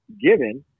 given